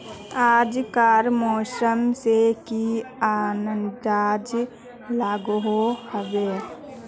आज कार मौसम से की अंदाज लागोहो होबे?